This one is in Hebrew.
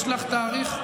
יש לך תאריך?